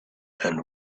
and